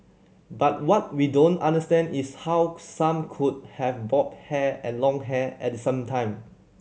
but what we don't understand is how some could have bob hair and long hair at the same time